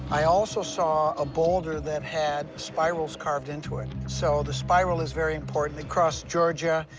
i also saw a boulder that had spirals carved into it. so the spiral is very important across georgia,